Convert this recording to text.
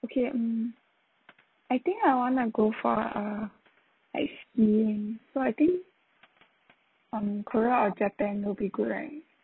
okay mm I think I wanna go for ah ice skiing so I think um korea or japan would be good right